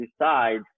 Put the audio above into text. decide